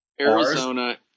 Arizona